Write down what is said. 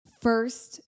First